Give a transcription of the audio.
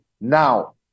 now